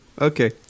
Okay